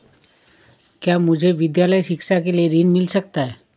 क्या मुझे विद्यालय शिक्षा के लिए ऋण मिल सकता है?